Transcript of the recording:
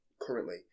currently